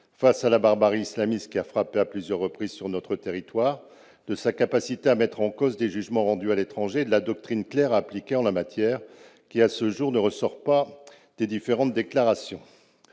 face à la barbarie islamiste qui a frappé à plusieurs reprises sur notre territoire, de sa capacité à mettre en cause des jugements rendus à l'étranger, et de la doctrine claire à appliquer en la matière, qui, à ce jour, ne ressort pas des différentes déclarations.